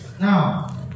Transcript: Now